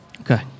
Okay